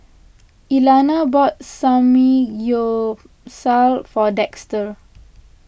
Elana bought Samgyeopsal for Dexter